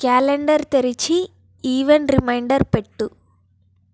calendar తెరిచి event reminder పెట్టు